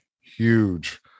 huge